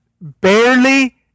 barely